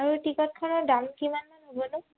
আৰু টিকটখনৰ দাম কিমানমান হ'বনো